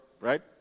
right